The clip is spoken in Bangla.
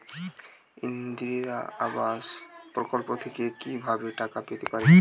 ইন্দিরা আবাস প্রকল্প থেকে কি ভাবে টাকা পেতে পারি?